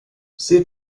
ser